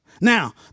Now